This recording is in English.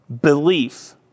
belief